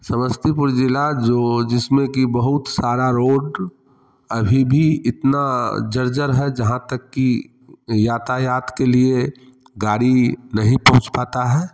समस्तीपुर जिला जो जिस में कि बहुत सारा रोड अभी भी इतना जर्जर है जहाँ तक कि यातायात के लिए गाड़ी नहीं पहुँच पाता है